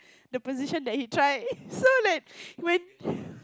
the position that he tried so like when